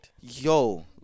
Yo